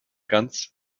ganz